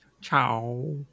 ciao